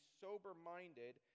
sober-minded